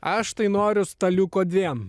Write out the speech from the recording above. aš tai noriu staliuko dviem